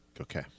Okay